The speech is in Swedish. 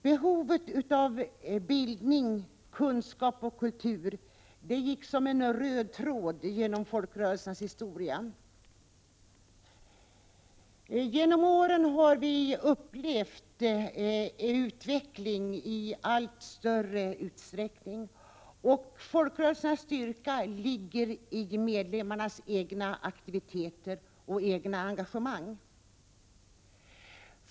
Behovet av bildning, kunskap och kultur har gått som en röd tråd genom folkrörelsernas historia. De har genomgått en utveckling under årens lopp. Folkrörelsernas styrka ligger i medlemmarnas egna aktiviteter och egna engagemang.